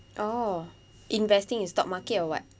oh investing in stock market or [what]